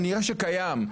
כנראה שקיים,